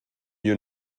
you